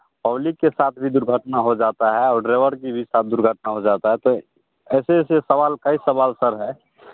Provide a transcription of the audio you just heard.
public के साथ भी दुर्घटना हो जाता है और ड्राइवर के भी साथ दुर्घटना हो जाता है तो ऐसे ऐसे सवाल सर कई सवाल सर है